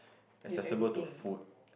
you have everything